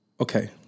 Okay